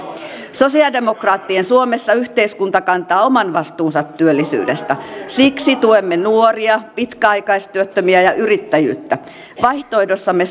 sosialidemokraattien suomessa yhteiskunta kantaa oman vastuunsa työllisyydestä siksi tuemme nuoria pitkäaikaistyöttömiä ja yrittäjyyttä vaihtoehdossamme